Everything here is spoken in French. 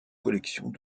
collections